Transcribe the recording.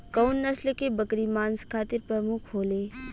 कउन नस्ल के बकरी मांस खातिर प्रमुख होले?